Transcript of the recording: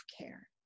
care